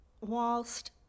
whilst